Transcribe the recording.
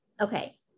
Okay